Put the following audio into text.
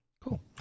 cool